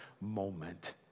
moment